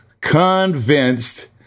convinced